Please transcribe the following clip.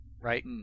right